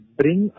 bring